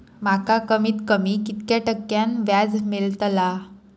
माका कमीत कमी कितक्या टक्क्यान व्याज मेलतला?